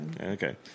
Okay